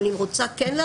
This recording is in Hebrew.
אבל אם אני רוצה להצליח,